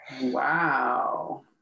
Wow